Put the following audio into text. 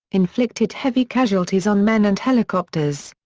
inflicted heavy casualties on men and helicopters.